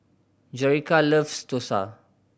Jerica loves dosa